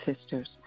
sisters